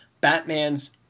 Batman's